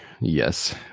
yes